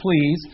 please